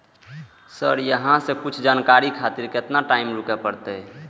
Sir अहाँ से कुछ जानकारी खातिर केतना टाईम रुके परतें?